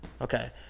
Okay